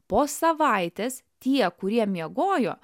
po savaitės tie kurie miegojo